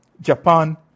Japan